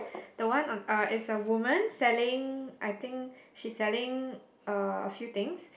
the one uh is a woman selling I think she's selling a a few things